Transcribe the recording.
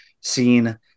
seen